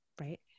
right